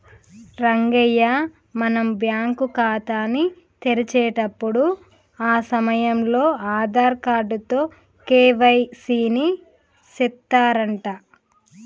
రంగయ్య మనం బ్యాంకు ఖాతాని తెరిచేటప్పుడు ఆ సమయంలో ఆధార్ కార్డు తో కే.వై.సి ని సెత్తారంట